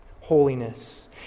Holiness